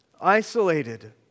isolated